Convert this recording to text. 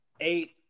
eight